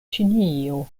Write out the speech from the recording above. ĉinio